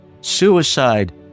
Suicide